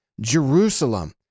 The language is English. Jerusalem